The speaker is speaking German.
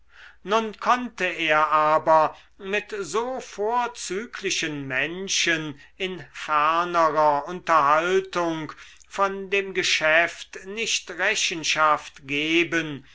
nun konnte er aber mit so vorzüglichen menschen in fernerer unterhaltung von dem geschäft nicht rechenschaft geben